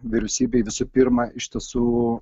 vyriausybei visų pirma iš tiesų